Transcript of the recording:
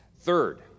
Third